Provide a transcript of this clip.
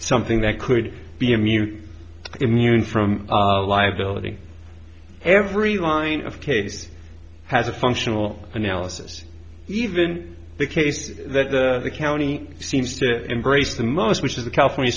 something that could be a mute immune from liability every line of case has a functional analysis even the case that the county seems to embrace the most which is the california